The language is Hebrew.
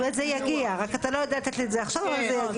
אתה לא יודע לתת לי את זה עכשיו, אבל זה יגיע.